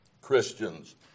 Christians